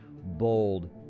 bold